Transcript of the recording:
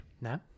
No